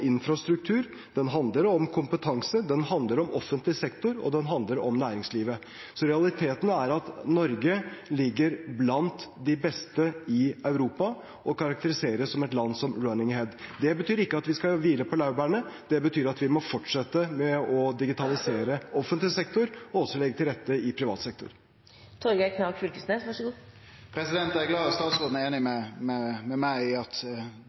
infrastruktur, den handler om kompetanse, den handler om offentlig sektor, og den handler om næringslivet. Så realiteten er at Norge er blant de beste i Europa og karakteriseres som et land som «is running ahead». Det betyr ikke at vi skal hvile på laurbærene; det betyr at vi må fortsette med å digitalisere offentlige sektor, og også legge til rette i privat sektor. Eg er glad for at statsråden er einig med meg i at